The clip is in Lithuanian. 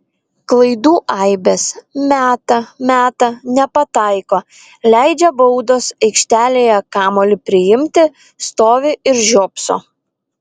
klaidų aibės meta meta nepataiko leidžia baudos aikštelėje kamuolį priimti stovi ir žiopso